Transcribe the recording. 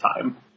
time